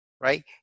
Right